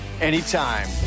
anytime